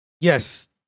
Yes